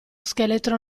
scheletro